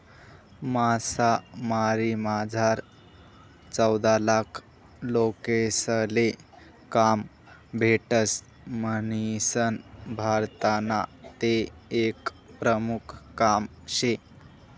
मासामारीमझार चौदालाख लोकेसले काम भेटस म्हणीसन भारतनं ते एक प्रमुख काम शे